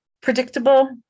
predictable